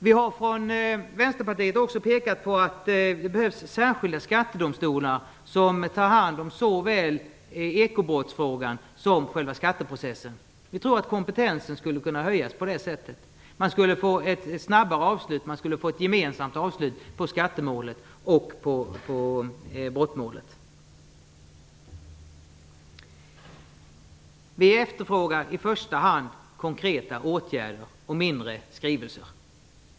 Vi från vänsterpartiet har pekat på att det behövs särskilda skattedomstolar som tar hand om såväl ekobrottsfrågan som skatteprocessen. Vi tror att kompetensen skulle kunna höjas på det sättet. Man skulle få ett snabbare avslut, och man skulle få ett gemensamt avslut på skattemål och brottmål. Vi efterfrågar i första hand konkreta åtgärder och färre skrivelser.